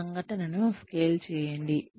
సంఘటనను స్కేల్ చేయండి